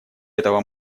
этого